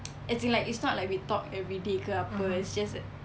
as in like it's not like we talk everyday ke apa